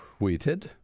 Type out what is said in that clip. tweeted